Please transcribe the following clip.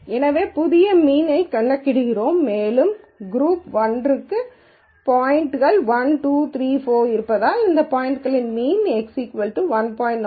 எனவே புதிய மீன்யைக் கணக்கிடுகிறோம் மேலும் குரூப் 1 க்கு பாய்ன்ட்கள் 1 2 3 4 இருப்பதால் அந்த பாய்ன்ட்களின் மீன் x என்பது 1